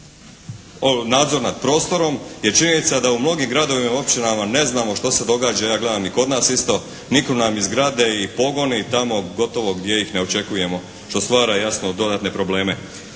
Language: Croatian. nadzor nad prostorom. Jer činjenica da u mnogim gradovima, općinama ne znamo što se događa, ja gledam i kod nas isto, niknu nam i zgrade i pogoni i tamo gotovo gdje ih ne očekujemo, što stvara jasno dodatne probleme.